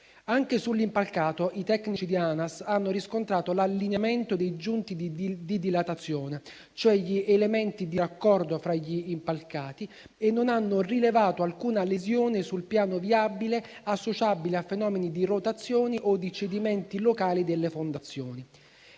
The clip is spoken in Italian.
Anche sull'impalcato i tecnici di Anas hanno riscontrato l'allineamento dei giunti di dilatazione, cioè gli elementi di raccordo tra gli impalcati, e non hanno rilevato alcuna lesione sul piano viabile associabile a fenomeni di rotazioni o di cedimenti locali delle fondazioni.